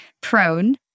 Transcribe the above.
prone